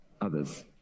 others